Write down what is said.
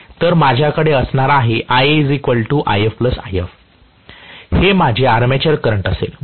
तर माझ्याकडे असणार आहे IaIfIL हे माझे आर्मेचर करंट असेल